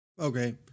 Okay